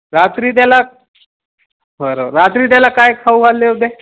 रात्री त्याला बरं रात्री त्याला काय खाऊ घातले होते